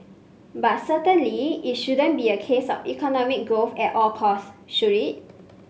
but certainly it shouldn't be a case of economic growth at all costs should it